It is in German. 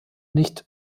nicht